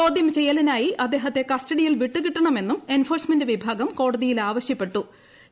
ചോദ്യം ചെയ്യലിനായി അദ്ദേഹത്തെ കസ്റ്റഡിയിൽ വിട്ടു കിട്ടണമെന്നും എൻഫോഴ്സ്മെന്റ് വിഭാഗം കോടതിയിൽ ആവശ്യപ്പെട്ടിട്ടു ്